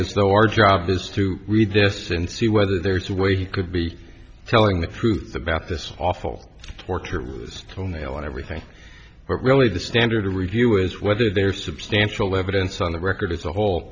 as though our job is to read this and see whether there's a way he could be telling the truth about this awful torturers toenail and everything but really the standard of review is whether there substantial evidence on the record as a whole